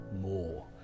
more